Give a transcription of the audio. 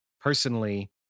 personally